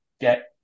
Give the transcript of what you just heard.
get